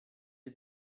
les